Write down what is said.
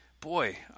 boy